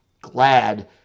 glad